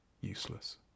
useless